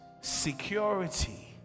security